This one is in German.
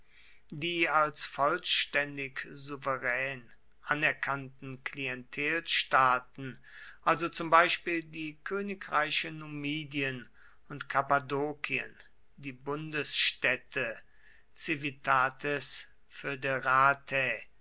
die als vollständig souverän anerkannten klientelstaaten also zum beispiel die königreiche numidien und kappadokien die bundesstädte